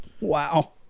Wow